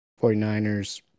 49ers